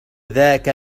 ذاك